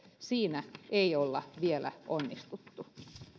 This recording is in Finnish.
siinä ei olla vielä onnistuttu